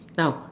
now